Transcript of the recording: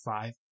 Five